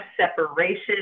separation